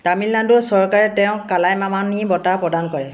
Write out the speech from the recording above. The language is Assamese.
তামিলনাডু চৰকাৰে তেওঁক কালাইমামানি বঁটা প্ৰদান কৰে